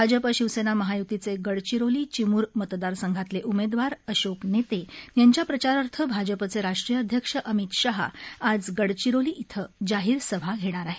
भाजप शिवसेना महायुतीचे गडचिरोली चिमूर मतदार संघातले उमेदवार अशोक नेते यांच्या प्रचारार्थ भाजपचे राष्ट्रीय अध्यक्ष अमित शहा आज गडचिरोली इथं जाहीर सभा घेणार आहेत